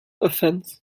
athens